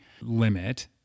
limit